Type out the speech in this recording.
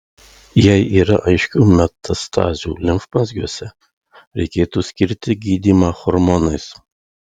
jei yra aiškių metastazių limfmazgiuose reikėtų skirti gydymą hormonais